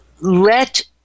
let